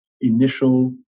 initial